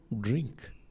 drink